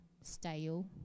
stale